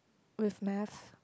with math